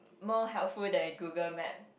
more helpful than a Google Map